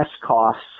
costs